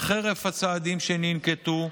וחרף הצעדים שננקטו,